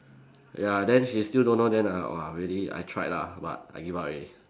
ya then she still don't know then uh !wah! really I tried lah but I give up already